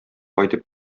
кайтып